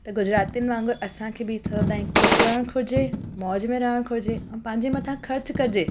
त गुजरातीनि वांगुर असांखे बि थोरो टाइम ख़ुशि रहणु घुरिजे मौज में रहणु घुरिजे ऐं पांजे मथां ख़र्च कजे